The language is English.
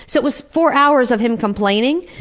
so it was four hours of him complaining,